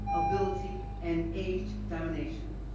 ability and age domination.